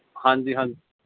ਹਾਂਜੀ ਹਾਂ